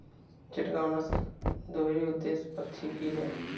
चिटगांव नस्ल दोहरी उद्देश्य पक्षी की है